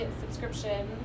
subscription